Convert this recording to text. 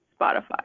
Spotify